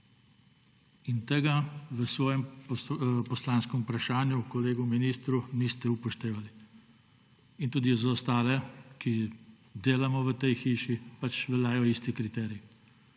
Tega v svojem poslanskem vprašanju kolegu ministru niste upoštevali. In tudi za ostale, ki delamo v tej hiši, pač veljajo isti kriteriji.